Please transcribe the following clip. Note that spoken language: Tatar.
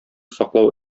саклау